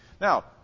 Now